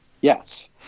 yes